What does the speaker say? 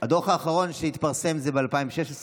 הדוח האחרון התפרסם ב-2016,